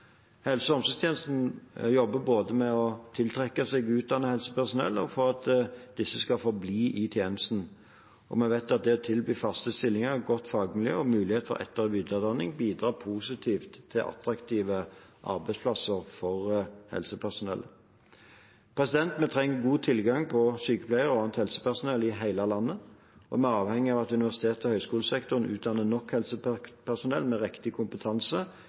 Helse- og omsorgstjenesten jobber både med å tiltrekke seg og utdanne helsepersonell og for at disse skal forbli i tjenesten. Vi vet at det å tilby faste stillinger, godt fagmiljø og mulighet for etter- og videreutdanning bidrar positivt til attraktive arbeidsplasser for helsepersonell. Vi trenger god tilgang på sykepleiere og annet helsepersonell i hele landet, og vi er avhengig av at universitets- og høyskolesektoren utdanner nok helsepersonell med riktig kompetanse